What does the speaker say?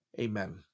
Amen